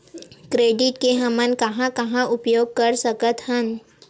Credit के हमन कहां कहा उपयोग कर सकत हन?